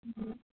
હમ